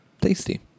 tasty